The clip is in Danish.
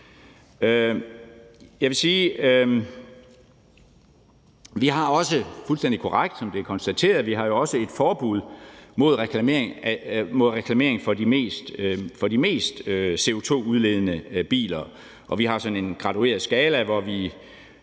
– har et forbud mod reklamering for de mest CO2-udledende biler. Vi har sådan en gradueret skala, hvor vi